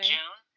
June